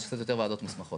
יש קצת יותר ועדות מוסמכות.